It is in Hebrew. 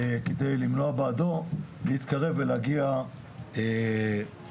כדי למנוע בעדו להתקרב ולהגיע לאישה.